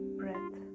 breath